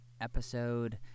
episode